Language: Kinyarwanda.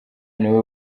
niwe